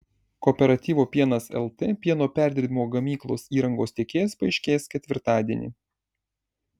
kooperatyvo pienas lt pieno perdirbimo gamyklos įrangos tiekėjas paaiškės ketvirtadienį